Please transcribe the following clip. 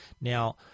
Now